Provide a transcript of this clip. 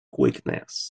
weakness